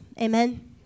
Amen